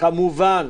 כמובן